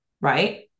right